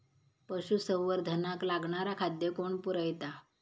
पशुसंवर्धनाक लागणारा खादय कोण पुरयता?